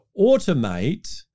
automate